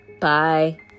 Bye